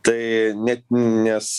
tai net nes